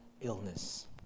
illness